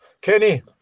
kenny